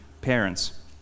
parents